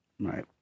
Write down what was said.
Right